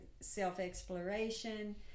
self-exploration